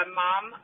mom